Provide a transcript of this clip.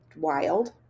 wild